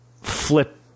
flip